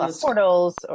portals